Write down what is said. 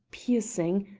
piercing,